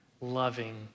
loving